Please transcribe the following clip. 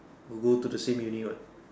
who go to the same Uni what